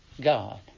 God